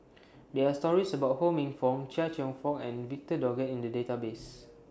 There Are stories about Ho Minfong Chia Cheong Fook and Victor Doggett in The Database